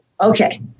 Okay